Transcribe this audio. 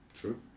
true